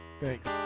Thanks